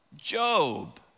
Job